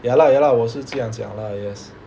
ya lah ya lah 我是这样讲 lah yes